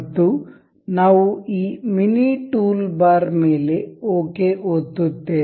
ಮತ್ತು ನಾವು ಈ ಮಿನಿ ಟೂಲ್ಬಾರ್ ಮೇಲೆ ಓಕೆ ಒತ್ತುತ್ತೇವೆ